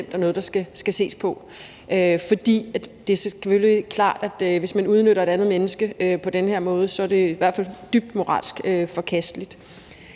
er noget, der skal ses på, for det er selvfølgelig klart, at hvis man udnytter et andet menneske på den her måde, er det i hvert fald moralsk dybt forkasteligt.